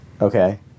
Okay